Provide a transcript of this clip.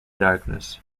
darkness